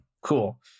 Cool